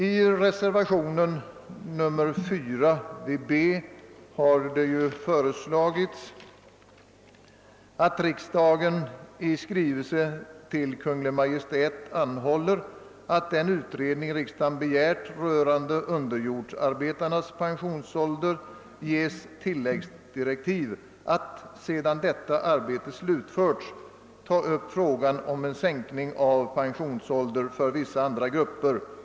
I reservationen 4 vid punkten B har det föreslagits att riksdagen i skrivelse till Kungl. Maj:t anhåller att den utred ning riksdagen begärt rörande underjordsarbetarnas pensionsålder ges tillläggsdirektiv att — sedan detta arbete slutförts — ta upp frågan om en sänkning av pensionsåldern för vissa andra grupper.